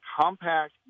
compact